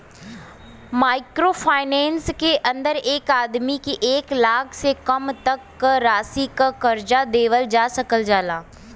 micro finance के अंदर एक आदमी के एक लाख से कम तक क राशि क कर्जा देवल जा सकल जाला